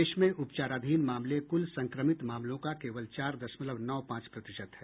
देश में उपचाराधीन मामले कुल संक्रमित मामलों का केवल चार दशमलव नौ पांच प्रतिशत है